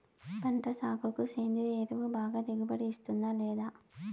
పంట సాగుకు సేంద్రియ ఎరువు బాగా దిగుబడి ఇస్తుందా లేదా